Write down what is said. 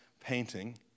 painting